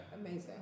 Amazing